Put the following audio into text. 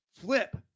flip